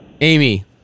Amy